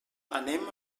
anem